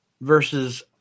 versus